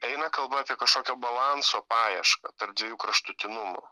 eina kalba apie kažkokio balanso paiešką tarp dviejų kraštutinumų